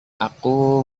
aku